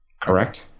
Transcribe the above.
Correct